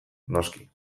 noski